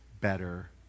better